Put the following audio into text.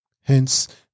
Hence